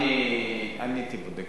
הייתי בודק